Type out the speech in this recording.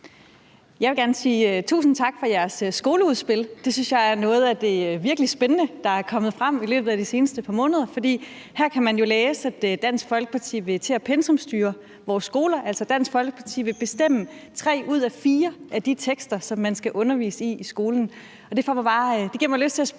synes jeg er noget af det virkelig spændende, der er kommet frem i løbet af de seneste par måneder, for her kan man jo læse, at Dansk Folkeparti vil til at pensumstyre vores skoler. Altså, Dansk Folkeparti vil bestemme tre ud af fire af de tekster, som man skal undervise i i skolen. Det giver mig lyst til at spørge